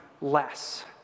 less